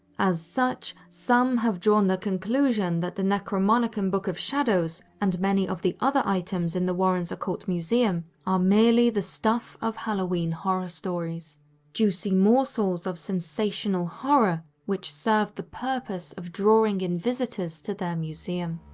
as such, some have drawn the conclusion that the necronomicon book of shadows, and many of the other items in the warrens' occult museum, are merely the stuff of halloween horror stories juicy morsels of sensational horror which serve the purpose of drawing in visitors to their museum.